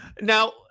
now